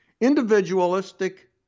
Individualistic